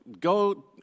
go